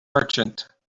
merchant